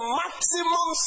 maximum